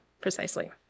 precisely